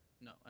No